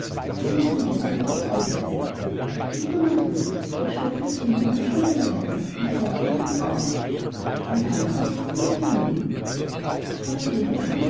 ich muß ihn deshalb auch zurückweisen geh du nur hin er schob das kind an den schultern weiter und zeigte nach dem ausgang dein handkuß ist nicht vonnöten margarete schlug